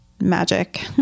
Magic